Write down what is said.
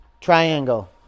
Triangle